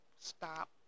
stop